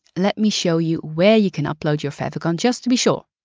let me show you where you can upload your favicon, just to be sure.